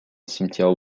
cimetière